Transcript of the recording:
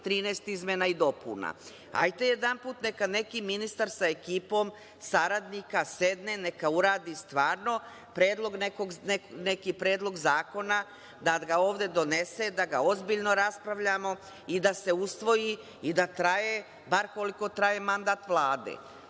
13 izmena i dopuna. Hajde jedanput nek neki ministar sa ekipom saradnika sedne i neka uradi stvarno neki predlog zakona, da ga ovde donese, da ga ozbiljno raspravljamo i da se usvoji i da traje bar koliko traje mandat Vlade.